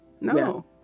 No